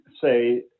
say